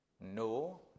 No